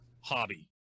hobby